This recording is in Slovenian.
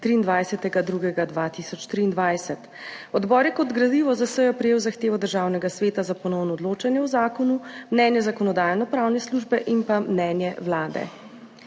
23. 2. 2023. Odbor je kot gradivo za sejo prejel zahtevo Državnega sveta za ponovno odločanje o zakonu, mnenje Zakonodajno-pravne službe in pa mnenje Vlade.